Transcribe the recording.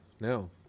no